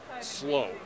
slow